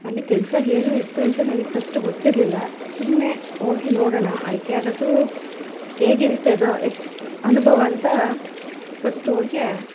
ಅಲ್ಲಿ ಕೆಲಸ ಏನು ಇತ್ತು ಅಂತ ನನಗೆ ಫಸ್ಟ್ ಗೊತ್ತಿರಲಿಲ್ಲ ಸುಮ್ಮನೆ ಹೋಗಿ ನೋಡೋಣ ಆಯ್ಕೆ ಆಗೋದು ಹೇಗಿರುತ್ತೆ ಅದು ಎಕ್ಸ್ಪ್ ಅನುಭವ ಅಂತ ಫಸ್ಟ್ ಹೋಗಿ